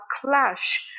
clash